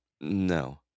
no